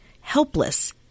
helpless